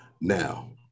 now